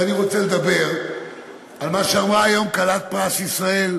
אז אני רוצה לדבר על מה שאמרה היום כלת פרס ישראל,